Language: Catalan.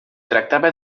tractava